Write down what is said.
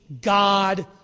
God